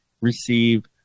receive